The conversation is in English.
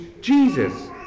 Jesus